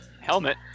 helmet